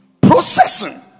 processing